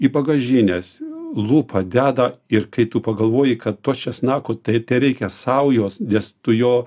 į bagažines lupa deda ir kai tu pagalvoji kad to česnako tai tereikia saujos nes tu jo